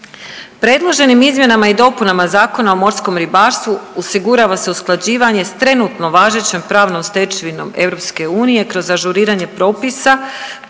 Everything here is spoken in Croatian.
Predloženim izmjenama i dopunama Zakona o morskom ribarstvu osigurava se usklađivanje s trenutno važećom pravnom stečevinom EU kroz ažuriranje propisa